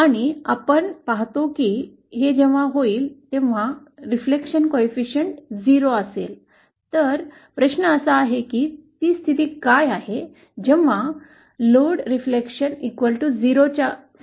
आणि आम्ही पाहतो की हे जेव्हा होईल परावर्तन गुणांक 0 असेल तर प्रश्न असा आहे की ती स्थिती काय आहे जेव्हा लोड परावर्तन 0 च्या समान होते